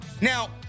Now